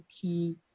key